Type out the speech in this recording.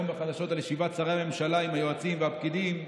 בחדשות על ישיבת שרי הממשלה עם היועצים והפקידים,